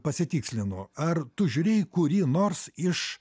pasitikslinu ar tu žiūrėjai kurį nors iš